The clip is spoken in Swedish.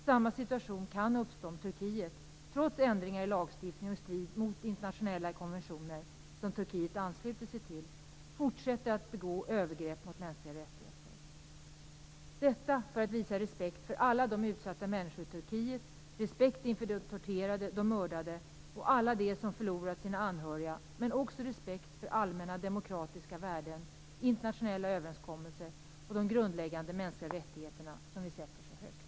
Samma situation kan uppstå om Turkiet, trots ändringar i lagstiftningen och i strid med internationella konventioner som Turkiet har anslutit sig till, fortsätter att begå övergrepp mot mänskliga rättigheter. Detta för att visa respekt för alla de utsatta människorna i Turkiet, respekt inför de torterade, de mördade och alla de som förlorat sina anhöriga, men också respekt för allmänna demokratiska värden, internationella överenskommelser och de grundläggande mänskliga rättigheterna, som vi sätter högt.